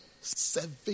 seven